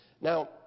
Now